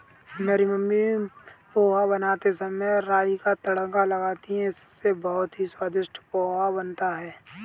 मेरी मम्मी पोहा बनाते समय राई का तड़का लगाती हैं इससे बहुत ही स्वादिष्ट पोहा बनता है